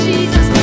Jesus